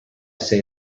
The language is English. say